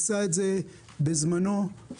הוא עשה את זה בזמנו הפנוי,